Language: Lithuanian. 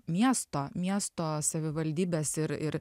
miesto miesto savivaldybės ir ir